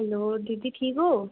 hello दीदी ठीक ओ